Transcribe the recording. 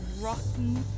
rotten